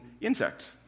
insects